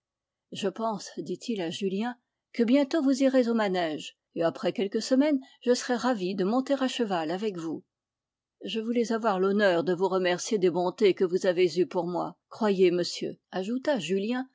je pense dit-il à julien que bientôt vous irez au manège et après quelques semaines je serai ravi de monter à cheval avec vous je voulais avoir l'honneur de vous remercier des bontés que vous avez eues pour moi croyez monsieur ajouta julien